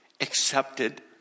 accepted